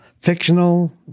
fictional